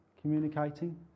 Communicating